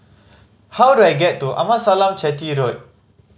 how do I get to Amasalam Chetty Road